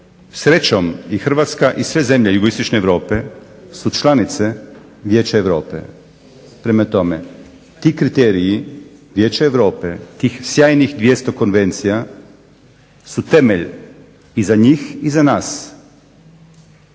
srećom i Hrvatska i sve zemlje Jugoistočne Europe su članice Vijeća Europe, prema tome, ti kriteriji Vijeća Europe, tih sjajnih 200 konvencija su temelj i za njih i za nas